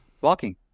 walking